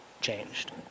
changed